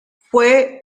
fue